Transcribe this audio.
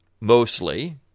mostly